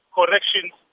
corrections